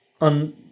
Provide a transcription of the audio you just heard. on